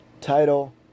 title